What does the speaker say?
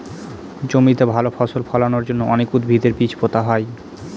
জমিতে ভালো ফসল ফলানোর জন্য অনেক উদ্ভিদের বীজ পোতা হয়